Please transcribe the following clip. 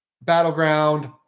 battleground